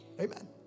amen